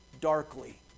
darkly